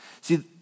See